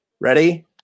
Ready